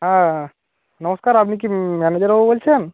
হ্যাঁ নমস্কার আপনি কি ম্যানেজার বাবু বলছেন